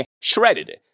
shredded